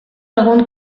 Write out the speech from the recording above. egun